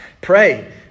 Pray